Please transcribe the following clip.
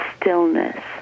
stillness